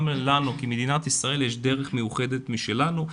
לנו כמדינת ישראל יש דרך מיוחדת משלנו,